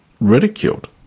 ridiculed